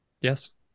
Yes